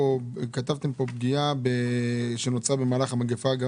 כתבתם פה פגיעה שנוצרה במהלך המגיפה גם